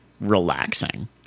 relaxing